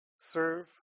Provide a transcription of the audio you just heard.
serve